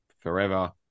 forever